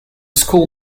school